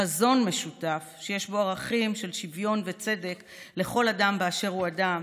לחזון משותף שיש בו ערכים של שוויון וצדק לכל אדם באשר הוא אדם,